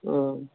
ಹ್ಞೂ